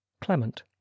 clement